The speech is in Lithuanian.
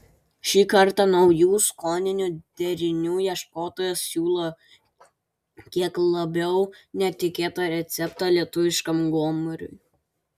šį kartą naujų skoninių derinių ieškotojas siūlo kiek labiau netikėtą receptą lietuviškam gomuriui